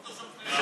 פוטושופ שני שקלים.